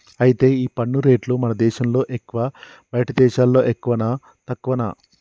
అయితే ఈ పన్ను రేట్లు మన దేశంలో ఎక్కువా బయటి దేశాల్లో ఎక్కువనా తక్కువనా